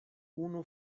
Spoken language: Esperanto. unu